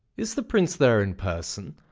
is the prince there in person?